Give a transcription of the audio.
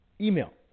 email